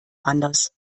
anders